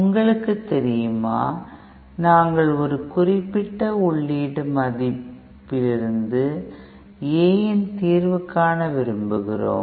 உங்களுக்கு தெரியுமா நாங்கள் ஒரு குறிப்பிட்ட உள்ளீடு மதிப்பிலிருந்து Aன் தீர்வு காண விரும்புகிறோம்